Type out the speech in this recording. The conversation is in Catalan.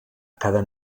cada